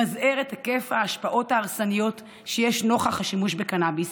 למזער את היקף ההשפעות ההרסניות שיש נוכח השימוש בקנביס,